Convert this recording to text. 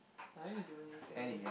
I don't do anything with it